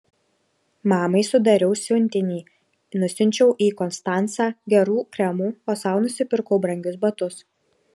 mamai sudariau siuntinį nusiunčiau į konstancą gerų kremų o sau nusipirkau brangius batus